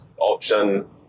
option